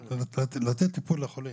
לתת טיפול לחולים,